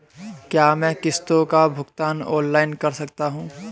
क्या मैं किश्तों का भुगतान ऑनलाइन कर सकता हूँ?